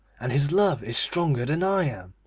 and his love is stronger than i am.